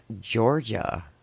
Georgia